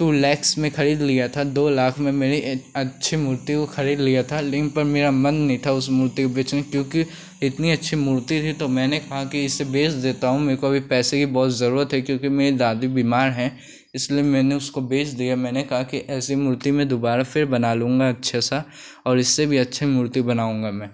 to lakhs में खरीद लिया था दो लाख में मेरी अच्छी मूर्ति को खरीद लिया था लेकिन पर मेरा मन नहीं था उस मूर्ति को बेचने क्योंकि इतनी अच्छी तो मूर्ति भी तो मैंने कहा कि इसे बेच देता हूँ मेरे को अभी पैसे की बहुत ज़रूरत है क्योंकि मेरी दादी बीमार हैं इसलिए मैंने उसको बेच दिया मैंने कहा कि ऐसी मूर्ति मैं दुबारा फिर बना लूँगा अच्छा सा और इससे भी अच्छी मूर्ति बनाऊँगा मैं